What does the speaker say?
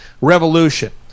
Revolution